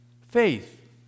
Faith